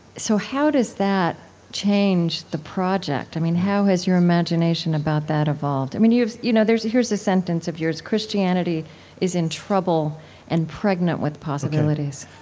so how does that change the project? i mean, how has your imagination about that evolved? i mean, you you know, here's the sentence of yours christianity is in trouble and pregnant with possibilities